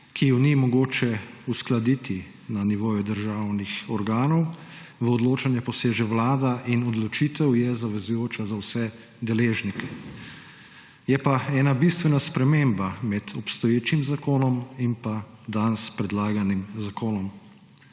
ki ju ni mogoče uskladiti na nivoju državnih organov, v odločanje poseže vlada in odločitev je zavezujoča za vse deležnike. Je pa ena bistvena sprememba med obstoječim zakonom in pa danes predlaganim zakonom.